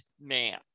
man